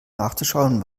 nachzuschauen